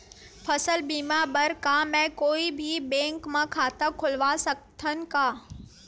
फसल बीमा बर का मैं कोई भी बैंक म खाता खोलवा सकथन का?